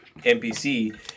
NPC